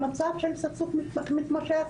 למצב של סכסוך מתמשך,